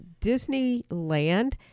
Disneyland